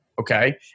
okay